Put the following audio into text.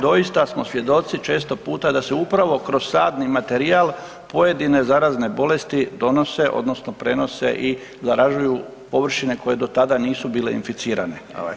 Doista smo svjedoci često puta da se upravo kroz sadni materijal pojedine zarazne bolesti donose odnosno prenose i zaražuju površine koje do tada nisu bile inficirane.